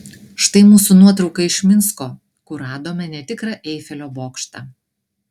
štai mūsų nuotrauka iš minsko kur radome netikrą eifelio bokštą